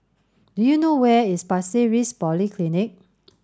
do you know where is Pasir Ris Polyclinic